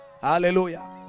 Hallelujah